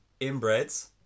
inbreds